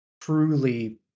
truly